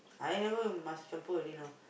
I never must masuk campur already now